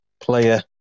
player